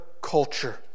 culture